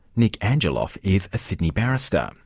nic angelov is a sydney barrister. um